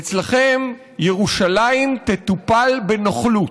אצלכם, ירושלים תטופל בנוכלות,